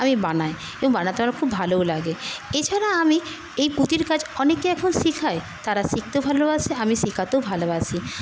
আমি বানাই এবং বানাতে আমার খুব ভালোও লাগে এছাড়া আমি এই পুঁতির কাজ অনেককে এখন শেখাই তারা শিখতে ভালোবাসে আমি শেখাতেও ভালোবাসি